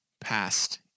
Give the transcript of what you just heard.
past